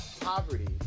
poverty